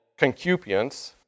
concupience